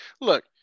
look